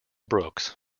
brooks